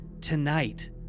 Tonight